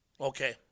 Okay